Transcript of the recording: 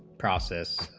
process,